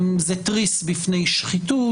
זה תריס בפני שחיתות.